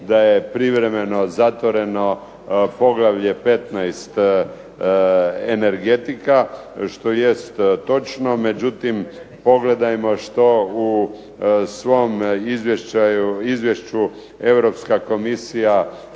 da je privremeno zatvoreno poglavlje 15.-Energetika, što jest točno. Međutim, pogledajmo što u svom izvješću Europska komisija